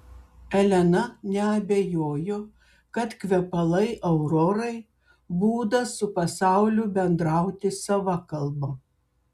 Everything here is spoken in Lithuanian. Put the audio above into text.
elena neabejojo kad kvepalai aurorai būdas su pasauliu bendrauti sava kalba